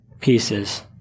pieces